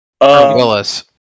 Willis